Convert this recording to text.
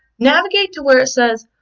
navigate to where it says,